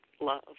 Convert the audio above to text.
love